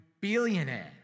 billionaire